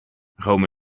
rome